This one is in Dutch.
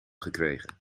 gekregen